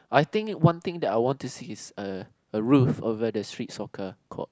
I think one thing that I want to see is err a roof over the street soccer court